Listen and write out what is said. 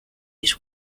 its